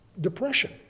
depression